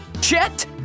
Chet